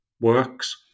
works